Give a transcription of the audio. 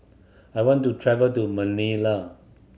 I want to travel to Manila